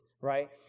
right